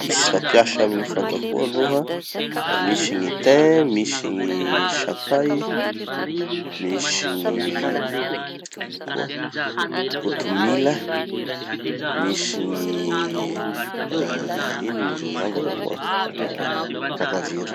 fampiasa amy fandrahoa aloha, da misy gny tin, misy gny sakay, misy gny ino koa, kotomila, misy gny ah ino gny gingembre moa, sakaviro.